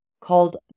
called